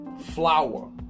flour